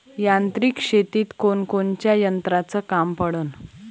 यांत्रिक शेतीत कोनकोनच्या यंत्राचं काम पडन?